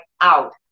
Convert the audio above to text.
out